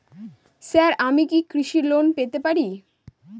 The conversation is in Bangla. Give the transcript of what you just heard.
স্যার আমি কি কৃষি লোন পেতে পারি?